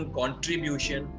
contribution